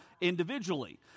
individually